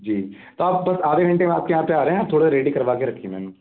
जी तो आप तो आधे घंटे में आपके यहाँ पे आ रहे हैं हम थोड़ा रेडी करवा के रखिए मैम